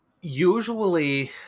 Usually